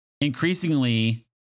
Increasingly